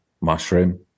mushroom